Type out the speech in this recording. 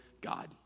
God